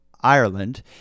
Ireland